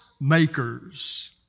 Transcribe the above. makers